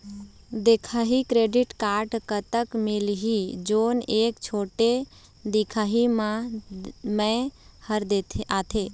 दिखाही credit card कतक मिलही जोन एक छोटे दिखाही म मैं हर आथे?